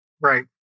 right